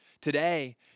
Today